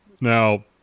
Now